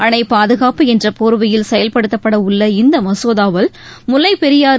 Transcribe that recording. அணை பாதுகாப்பு என்ற போர்வையில் செயல்படுத்தப்படவுள்ள இந்த மசோதாவால் முல்வைப்பெரியாறு